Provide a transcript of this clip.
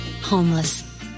homeless